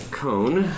cone